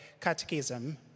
Catechism